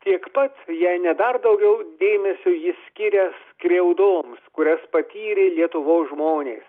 tiek pat jei ne dar daugiau dėmesio jis skiria skriaudoms kurias patyrė lietuvos žmonės